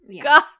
God